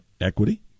Equity